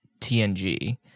TNG